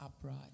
upright